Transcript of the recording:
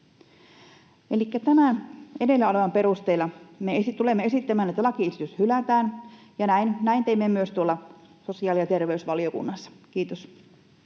tämän edellä olevan perusteella me tulemme esittämään, että lakiesitys hylätään, ja näin teimme myös tuolla sosiaali- ja terveysvaliokunnassa. — Kiitos.